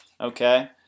okay